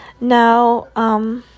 Now